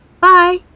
Bye